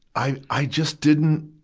i, i just didn't,